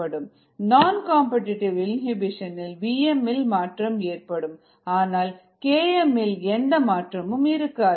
vdPdtvmSKm1IKIS நான் competitive inhibition இல் vm இல் மாற்றம் ஏற்படும் ஆனால் km இல் எந்த மாற்றமும் இருக்காது